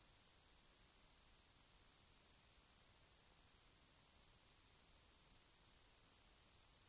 Ingen som helst blandning av korten, Åke Wictorsson, kan förändra detta faktum.